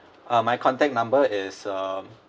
uh my contact number is um